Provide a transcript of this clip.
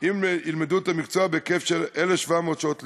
אם ילמדו את המקצוע בהיקף של 1,700 שעות לימוד.